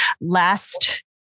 last